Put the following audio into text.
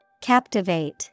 Captivate